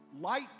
light